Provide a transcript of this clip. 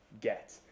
get